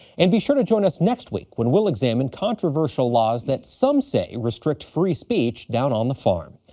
and be sure to join us next week when we'll examine controversial laws that some say restrict free speech down on the farm.